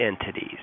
entities